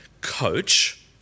coach